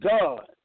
God